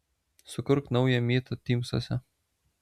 sukurk naują mytą tymsuose